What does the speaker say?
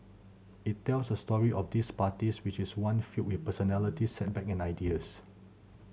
it tells the story of these parties which is one filled with personalities setback and ideals